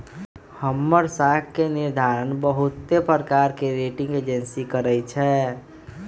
हमर साख के निर्धारण बहुते प्रकार के रेटिंग एजेंसी करइ छै